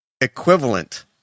equivalent